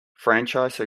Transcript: franchise